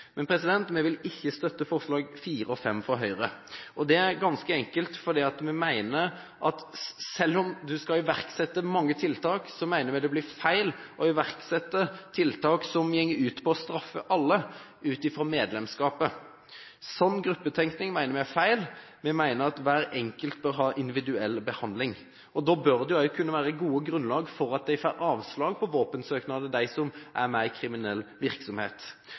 Men vi vil ikke støtte forslagene nr. 4 og 5, fra Høyre. Det er ganske enkelt fordi vi mener at selv om man skal iverksette mange tiltak, blir det feil å iverksette tiltak som går ut på å straffe alle, ut fra medlemskap. En slik gruppetenkning mener vi er feil. Vi mener at hver enkelt bør ha individuell behandling, Da bør det også være et godt grunnlag for at de som er med i kriminell virksomhet, får avslag på en våpensøknad. Jeg stiller meg spørsmål om hvordan man skal holde kontroll på hvem som er